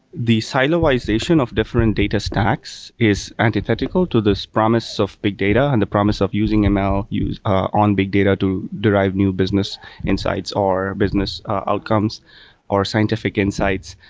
the silo-wide station of different data stacks is antithetical to this promise of big data and the promise of using ml on big data to derive new business insights or business outcomes or scientific insights.